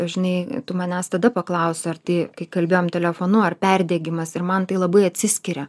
žinai tu manęs tada paklausei ar tai kai kalbėjom telefonu ar perdegimas ir man tai labai atsiskiria